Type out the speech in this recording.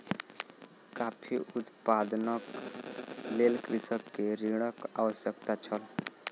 coffee उत्पादनक लेल कृषक के ऋणक आवश्यकता छल